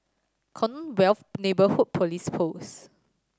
Commonwealth Neighbourhood Police Post